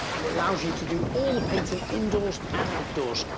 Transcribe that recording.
it allows you to do all the painting indoors and outdoors,